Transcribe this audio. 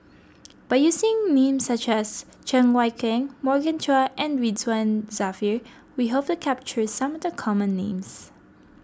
by using names such as Cheng Wai Keung Morgan Chua and Ridzwan Dzafir we hope to capture some of the common names